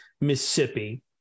Mississippi